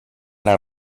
las